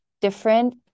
different